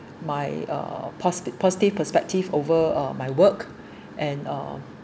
my uh posi~ positive perspective over my work and uh